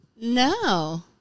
No